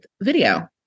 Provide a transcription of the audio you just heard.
video